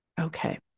Okay